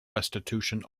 restitution